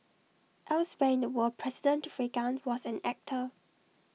elsewhere in the world president Reagan was an actor